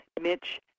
Mitch